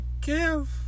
give